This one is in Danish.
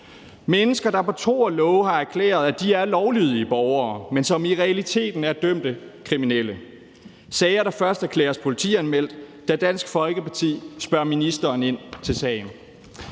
mennesker, der på tro og love har erklæret, at de er lovlydige borgere, men som i realiteten er dømte kriminelle. Der er sager, der først erklæres politianmeldt, da Dansk Folkeparti spørger ministeren ind til sagen.